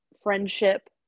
friendship